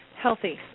healthy